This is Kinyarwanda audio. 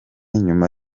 nyuma